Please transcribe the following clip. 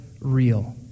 real